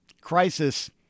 crisis